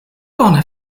bone